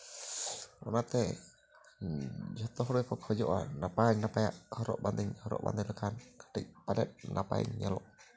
ᱚᱱᱟᱛᱮ ᱡᱚᱛᱚ ᱦᱚᱲ ᱜᱮᱠᱚ ᱠᱷᱚᱡᱚᱜᱼᱟ ᱱᱟᱯᱟᱭ ᱱᱟᱯᱟᱭᱟᱜ ᱦᱚᱨᱚᱜ ᱵᱟᱸᱫᱮᱧ ᱦᱚᱨᱚᱜ ᱵᱟᱸᱫᱮ ᱞᱮᱠᱷᱟᱱ ᱠᱟᱹᱴᱤᱡ ᱯᱟᱞᱮᱫ ᱱᱟᱯᱟᱭᱤᱧ ᱧᱮᱞᱚᱜ